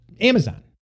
Amazon